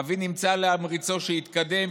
אבי ניסה להמריצו שיתקדם,